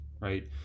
right